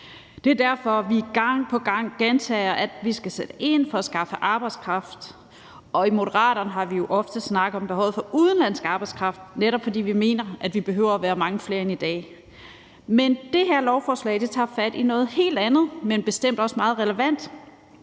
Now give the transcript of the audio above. Det er derfor, vi gang på gang gentager, at vi skal sætte ind for at skaffe arbejdskraft, og i Moderaterne har vi jo ofte snakket om behovet for udenlandsk arbejdskraft, netop fordi vi mener, at vi behøver at være mange flere end i dag. Men det her lovforslag tager fat i noget helt andet, men bestemt også meget relevant.